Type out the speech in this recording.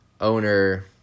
owner